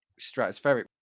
stratospheric